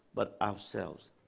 but ourselves.